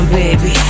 baby